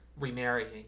Remarrying